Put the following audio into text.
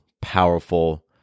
powerful